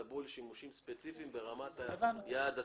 דברו על שימושים ספציפיים ברמת היעד עצמו.